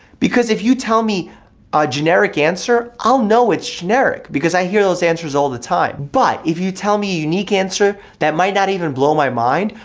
because if you tell me a generic answer, i'll know it's generic, because i hear those answers all the time. but if you tell me a unique answer, that might not even blow my mind,